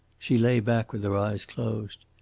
she lay back with her eyes closed.